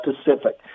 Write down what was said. specific